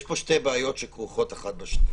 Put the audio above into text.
יש פה שתי בעיות שכרוכות זו בזו.